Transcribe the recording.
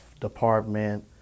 department